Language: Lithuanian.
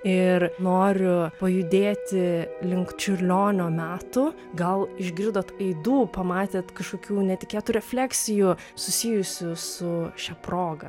ir noriu pajudėti link čiurlionio metų gal išgirdot aidų pamatėt kažkokių netikėtų refleksijų susijusių su šia proga